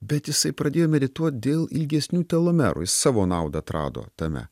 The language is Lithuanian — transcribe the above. bet jisai pradėjo medituot dėl ilgesnių telomerų jis savo naudą atrado tame